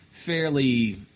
Fairly